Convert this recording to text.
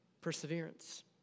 perseverance